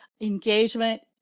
engagement